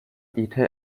either